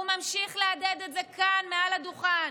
והוא ממשיך להדהד את זה כאן מעל הדוכן,